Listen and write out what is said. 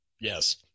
Yes